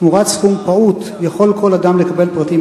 תמורת סכום פעוט יכול כל אדם לקבל פרטים